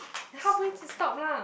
halfway stop lah